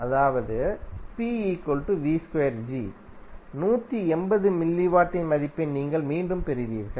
அதாவது 180 மில்லிவாட்டின் மதிப்பை நீங்கள் மீண்டும் பெறுவீர்கள்